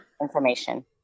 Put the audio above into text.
information